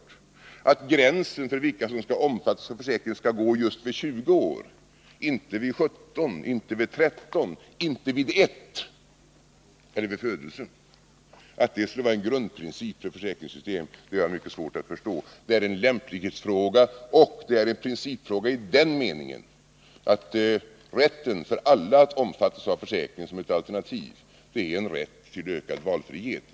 Att detta att gränsen för vilka som skall omfattas av försäkringen skall gå just vid 20 år och inte vid 17, 13 eller 1 år eller vid födelsen skulle vara en grundprincip för ett försäkringssystem har jag mycket svårt att förstå. Det är en lämplighetsfråga, och det är en principfråga i den meningen att rätten för alla att omfattas av försäkringen som ett alternativ är en rätt till ökad valfrihet.